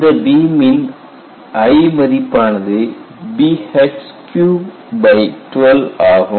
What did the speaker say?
இந்த பீம் இன் I மதிப்பானது Bh312 ஆகும்